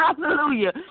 hallelujah